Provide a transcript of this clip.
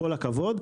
כל הכבוד.